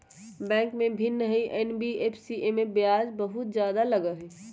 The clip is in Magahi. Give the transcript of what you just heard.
बैंक से भिन्न हई एन.बी.एफ.सी इमे ब्याज बहुत ज्यादा लगहई?